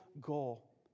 goal